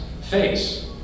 face